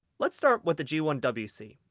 let's start with the g one w c.